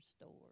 store